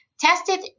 tested